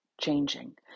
changing